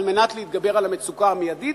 על מנת להתגבר על המצוקה המיידית,